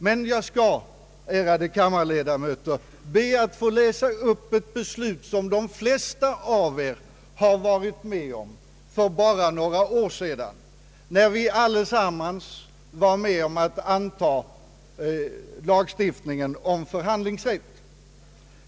Jag skall emellertid, ärade kammarledamöter, be att få läsa upp ett beslut som de flesta av er varit med om att fatta för bara några år sedan. Jag avser det tillfälle när vi allesamman var med om att anta förslag till lagstiftning om förhandlingsrätt.